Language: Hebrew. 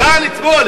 כאן אתמול.